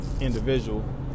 individual